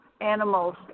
animals